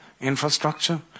infrastructure